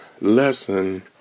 lesson